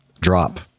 drop